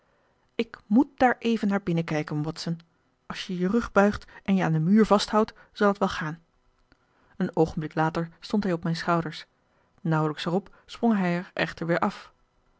ik moet daar even naar binnen kijken watson als je je rug buigt en je aan den muur vasthoudt zal het wel gaan een oogenblik later stond hij op mijn schouders nauwelijks er op sprong hij er echter weer af